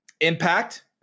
Impact